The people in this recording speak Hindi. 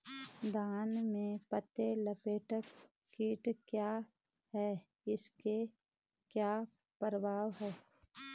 धान में पत्ती लपेटक कीट क्या है इसके क्या प्रभाव हैं?